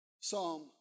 Psalm